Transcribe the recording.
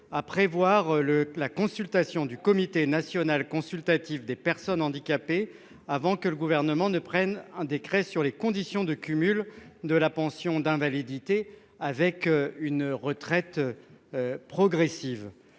proposé que le Comité national consultatif des personnes handicapées donne son avis avant que le Gouvernement ne prenne un décret sur les conditions de cumul de la pension d'invalidité avec une retraite progressive.